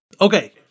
Okay